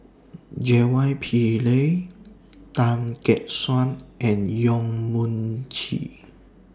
J Y Pillay Tan Gek Suan and Yong Mun Chee